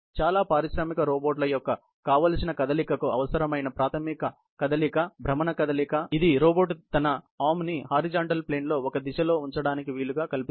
చాలా పారిశ్రామిక రోబోట్ల యొక్క కావలసిన కదలికకు అవసరమైన ప్రాథమిక కదలిక భ్రమణ కదలిక ఇది రోబోట్ తన చేతిని హరిజోన్టల్ ప్లేన్ లో ఒక దిశలో ఉంచడానికి వీలు కల్పిస్తుంది